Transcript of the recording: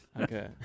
okay